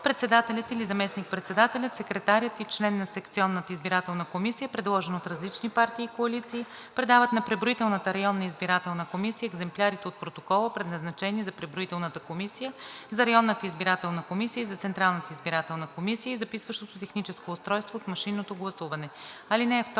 Председателят или заместник-председателят, секретарят и член на секционната избирателна комисия, предложени от различни партии и коалиции, предават на преброителната и районната избирателна комисия екземплярите от протокола, предназначени за преброителната комисия, за районната избирателна комисия и за Централната избирателна комисия, и записващото техническо устройство от машинното гласуване. (2) Протоколът